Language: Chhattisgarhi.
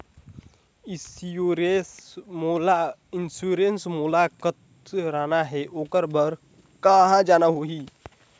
इंश्योरेंस मोला कराना हे ओकर बार कहा जाना होही?